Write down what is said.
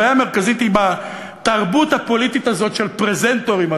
הבעיה המרכזית היא בתרבות הפוליטית הזאת של פרזנטורים,